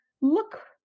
look